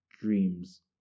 dreams